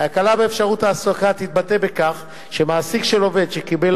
ההקלה באפשרות ההעסקה תתבטא בכך שמעסיק של עובד שקיבל